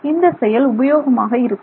இந்த செயல் உபயோகமாக இருக்காது